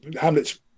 Hamlet's